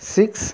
six